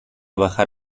bajar